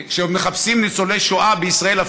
שעוד מחפשים ניצולי שואה בישראל,